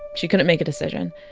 she couldn't make a decision.